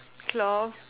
cloth